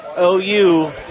OU